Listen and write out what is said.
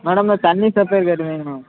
madam இந்த தண்ணி supplier கேட்ருந்தீங்க மேம்